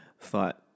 thought